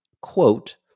quote